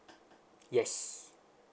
yes